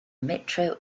metro